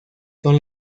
son